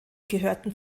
gehörten